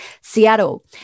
Seattle